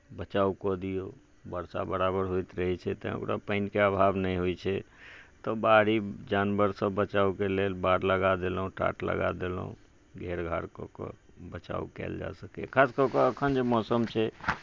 बचाव कऽ दियौ बरसा बराबर होइत रहै छै तैं ओकरा पानिके आभाव नहि होइ छै तऽ बाहरी जानवरसँ बचावके लेल बाड़ लगा देलहुॅं टाट लगा देलहुॅं घेर घार कऽ कऽ बचाव कएल जा सकैया खास कऽ कऽ एखन जे मौसम छै